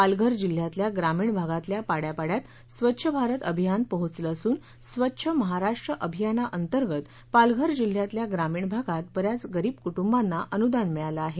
पालघर जिल्ह्यातल्या ग्रामीण भागातल्या पाड्या पाड्यात स्वच्छ भारत अभियान पोहचलं असून स्वच्छ महाराष्ट्र अभियानाअंतर्गत पालघर जिल्ह्यातल्या ग्रामीण भागात बऱ्याच गरीब कुटुंबांना अनुदान मिळालं आहे